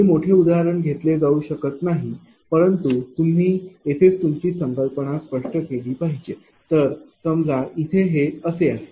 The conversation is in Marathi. जरी मोठे उदाहरण घेतले जाऊ शकत नाही परंतु तुम्ही येथेच तुमची संकल्पना स्पष्ट केली पाहिजे तर समजा इथे हे असे आहे